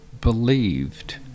believed